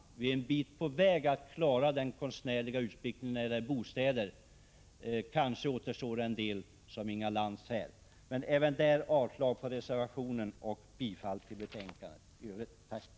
Vi har kommit en bit på vägen när det gäller att klara den konstnärliga utsmyckningen av byggnader. Kanske återstår en del, som Inga Lantz här säger. Jag yrkar avslag även på denna reservation samt i övrigt bifall till utskottets hemställan.